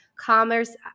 commerce